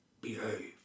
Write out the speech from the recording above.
Behave